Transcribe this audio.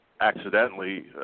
accidentally